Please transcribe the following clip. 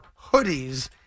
hoodies